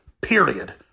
Period